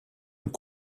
und